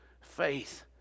faith